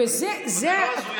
זה לא ההזוי היחיד.